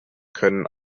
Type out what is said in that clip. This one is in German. können